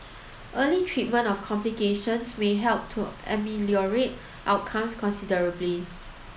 early treatment of complications may help to ameliorate outcomes considerably